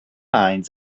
mind